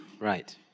Right